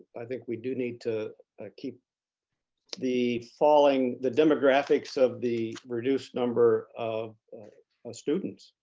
i think we do need to keep the falling the demographics of the reduced number of ah students,